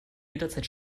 jederzeit